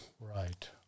Right